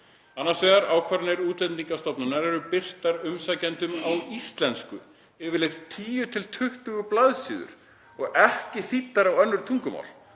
Annars vegar eru ákvarðanir Útlendingastofnunar birtar umsækjendum á íslensku, yfirleitt 10–20 bls., og ekki þýddar á önnur tungumál.